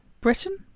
Britain